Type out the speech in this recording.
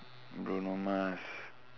bruno mars